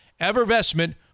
Evervestment